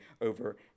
over